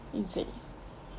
is it